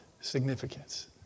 significance